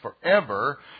forever